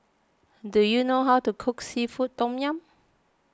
do you know how to cook Seafood Tom Yum